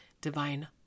divine